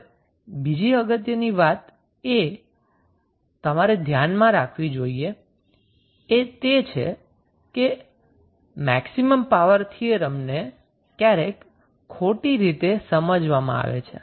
હવે બીજી અગત્યની વાત જે તમારે ધ્યાનમાં રાખવી જોઇએ એ તે છે કે મેક્સિમમ પાવર થીયરમ ને ક્યારેક ખોટી રીતે સમજવામાં આવે છે